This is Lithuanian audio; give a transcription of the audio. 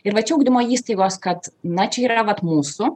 ir va čia ugdymo įstaigos kad na čia yra vat mūsų